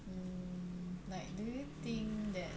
mm like do you think that